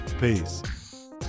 Peace